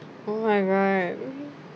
oh my god